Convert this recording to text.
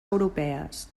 europees